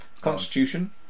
Constitution